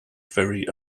very